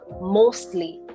mostly